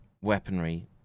weaponry